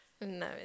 No